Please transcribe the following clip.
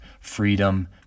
freedom